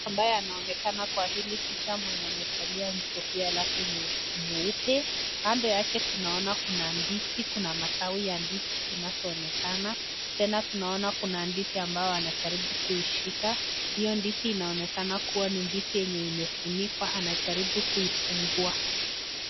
Mtu ambaye anaonekana kwa hili picha mwenye amevalia kofia lake nyeupe, kando yake tunaona kuna ndizi, kuna matawi za ndizi zinazo onekana. tena tunaona kuna ndizi ambao anajaribu kuishika, hiyo ndizi inaonekana ni ndizi yenye imefunikwa anajaribu kuifungua.